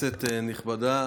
כנסת נכבדה,